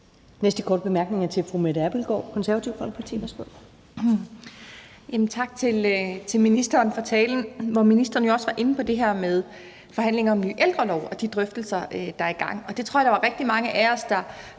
Folkeparti. Værsgo. Kl. 19:32 Mette Abildgaard (KF): Tak til ministeren for talen, hvor ministeren jo også var inde på det her med forhandlinger om en ny ældrelov og de drøftelser, der er i gang. Jeg tror, at der var rigtig mange af os, der